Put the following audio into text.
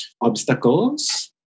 obstacles